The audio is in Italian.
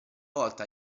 volta